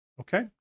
Okay